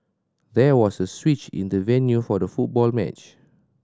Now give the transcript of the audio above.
there was a switch in the venue for the football match